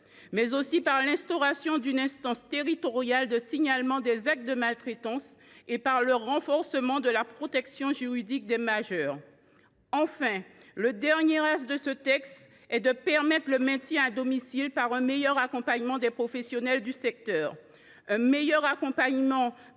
mais aussi par la création d’une instance territoriale de signalement des actes de maltraitance et par le renforcement de la protection juridique des majeurs. Enfin, il s’agit de permettre le maintien à domicile par un meilleur accompagnement des professionnels du secteur. Le renforcement